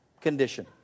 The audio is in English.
Condition